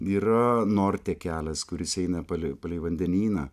yra norte kelias kuris eina palei palei vandenyną